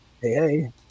hey